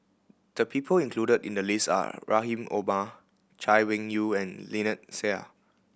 the people included in the list are Rahim Omar Chay Weng Yew and Lynnette Seah